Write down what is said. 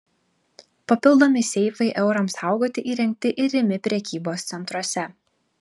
papildomi seifai eurams saugoti įrengti ir rimi prekybos centruose